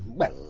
well,